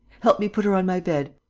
help me put her on my bed.